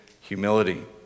humility